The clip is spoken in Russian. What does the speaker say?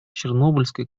чернобыльской